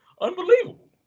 Unbelievable